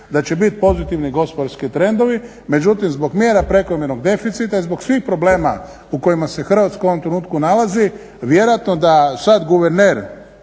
da će biti pozitivni gospodarski trendovi, međutim zbog mjera prekomjernog deficita i zbog svih problema u kojima se Hrvatska u ovom trenutku nalazi vjerojatno da sad guverner